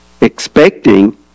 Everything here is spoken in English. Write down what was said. Expecting